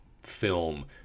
film